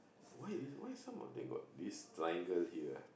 why this why some of them got this triangle here ah